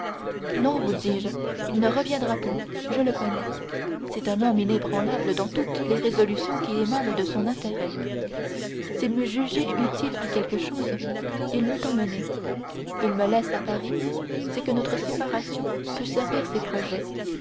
non vous dis-je il ne reviendra pas je le connais c'est un homme inébranlable dans toutes les résolutions qui émanent de son intérêt s'il m'eût jugée utile à quelque chose il m'eût emmenée il me laisse à paris c'est que notre séparation peut servir ses projets